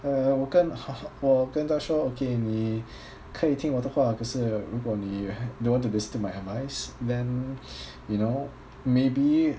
uh 我跟我跟她说 okay 你可以听我的话可是如果你 you don't want to listen to my advice then you know maybe